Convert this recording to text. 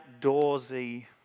outdoorsy